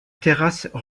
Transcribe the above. terrasse